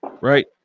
right